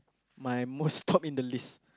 my most top in the list